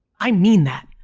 i mean that.